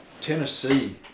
Tennessee